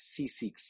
C6